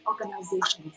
organizations